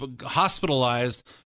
hospitalized